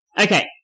Okay